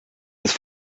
ist